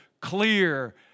clear